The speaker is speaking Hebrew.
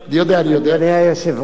לא, אדוני היושב-ראש, עמדתו,